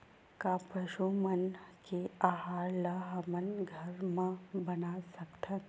का पशु मन के आहार ला हमन घर मा बना सकथन?